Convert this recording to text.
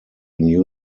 new